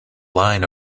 line